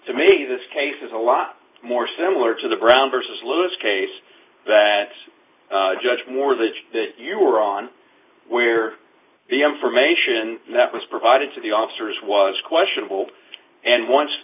to me this case is a lot more similar to the brown vs lewis case that judge moore the judge that you were on where the information that was provided to the officers was questionable and once